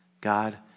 God